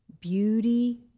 beauty